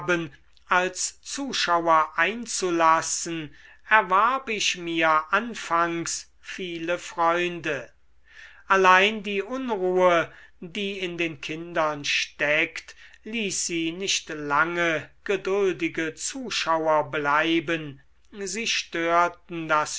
als zuschauer einzulassen erwarb ich mir anfangs viele freunde allein die unruhe die in den kindern steckt ließ sie nicht lange geduldige zuschauer bleiben sie störten das